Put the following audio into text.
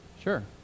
Sure